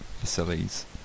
facilities